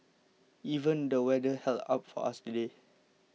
even the weather held up for us today